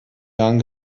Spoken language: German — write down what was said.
jahren